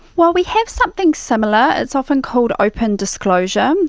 well, we have something similar. it's often called open disclosure. um